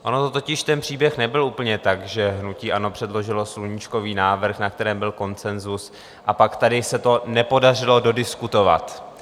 On totiž ten příběh nebyl úplně tak, že hnutí ANO předložilo sluníčkový návrh, na kterém byl konsenzus, a pak tady se to nepodařilo dodiskutovat.